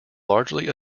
largely